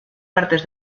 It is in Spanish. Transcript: partes